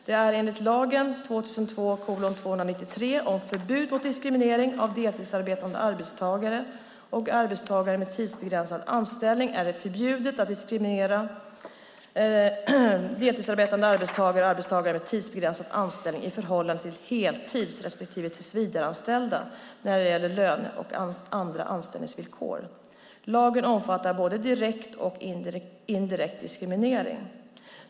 Det är enligt lagen om förbud mot diskriminering av deltidsarbetande arbetstagare och arbetstagare med tidsbegränsad anställning förbjudet att diskriminera deltidsarbetande arbetstagare och arbetstagare med tidsbegränsad anställning i förhållande till heltids respektive tillsvidareanställda när det gäller löne och andra anställningsvillkor. Lagen omfattar både direkt och indirekt diskriminering.